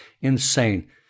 insane